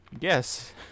Yes